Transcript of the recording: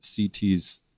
CT's